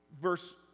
verse